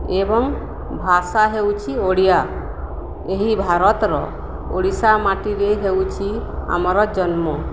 ଏବଂ ଭାଷା ହେଉଛି ଓଡ଼ିଆ ଏହି ଭାରତର ଓଡ଼ିଶା ମାଟିରେ ହେଉଛି ଆମର ଜନ୍ମ